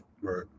right